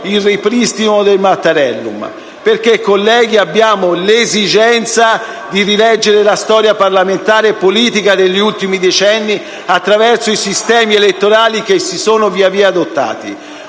il ripristino del Mattarellum, perché colleghi, abbiamo l'esigenza di rileggere la storia parlamentare e politica degli ultimi decenni attraverso i sistemi elettorali che si sono via via adottati.